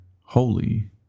holy